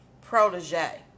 protege